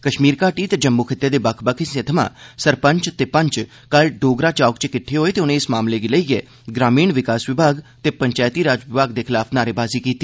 कश्मीर घाटी ते जम्मू खित्ते दे बक्ख बक्ख हिस्सें थमां सरपंच ते पंच कल डोगरा चौक च किट्ठे होए ते उनें इस मामले गी लेइयै ग्रामीण विकास ते पंचैती राज मैह्कमे दे खलाफ नारेबाजी कीती